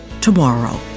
Tomorrow